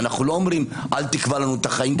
אנחנו לא אומרים: אל תקבע לנו את החיים,